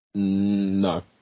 No